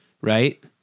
right